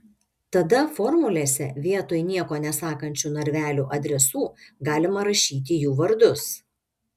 tada formulėse vietoj nieko nesakančių narvelių adresų galima rašyti jų vardus